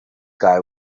guy